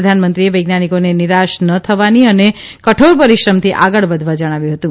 પ્રધાનમંત્રીએ વૈજ્ઞાનિકોને નિરાશ ન થવાની અને કઠોર પરિશ્રમથી આગળ વધવા જણાવ્યું હતું